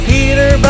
Peter